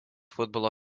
futbolo